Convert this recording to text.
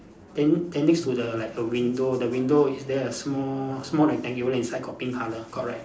then then next to the like a window the window is there a small small rectangular inside got pink colour got right